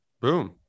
Boom